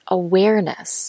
awareness